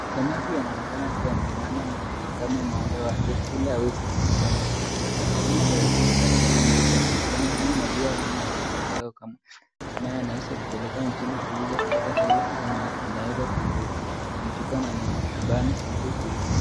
Jamaa huyu anaonekana akiwa ameinama na kuikama ng'ombe wake ili aweze kuitoa maziwa ya ng'ombe ile iko katika mtindo wa kuikama ili maziwa naye anaweza kupeleka mjini kuuza kupata hela ama anaweza kuichukua manyumbani ili kui...